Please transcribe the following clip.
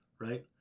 right